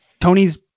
Tony's